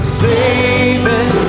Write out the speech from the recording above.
saving